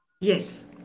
Yes